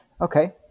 Okay